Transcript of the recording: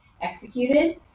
executed